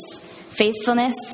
faithfulness